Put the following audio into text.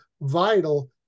vital